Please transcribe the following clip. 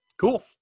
cool